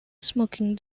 smoking